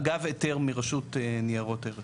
אגב היתר מרשות ניירות ערך.